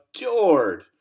adored